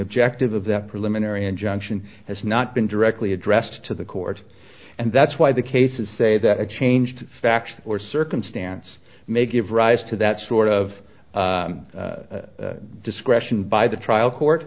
objective of that preliminary injunction has not been directly addressed to the court and that's why the cases say that a changed fact or circumstance may give rise to that sort of discretion by the trial court